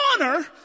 honor